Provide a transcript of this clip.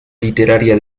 literaria